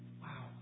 wow